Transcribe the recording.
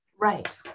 right